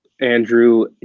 Andrew